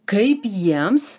kaip jiems